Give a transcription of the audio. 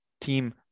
team